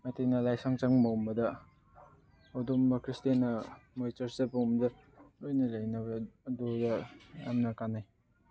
ꯃꯩꯇꯩꯅ ꯂꯥꯏꯁꯪ ꯆꯪꯕꯒꯨꯝꯕꯗ ꯑꯗꯨꯝꯕ ꯈ꯭ꯔꯤꯁꯇꯦꯟꯅ ꯃꯣꯏ ꯆꯔꯁꯇ ꯆꯠꯄꯒꯨꯝꯕꯗ ꯂꯣꯏꯅ ꯂꯩꯅꯕ ꯑꯗꯨꯒ ꯌꯥꯝꯅ ꯀꯥꯟꯅꯩ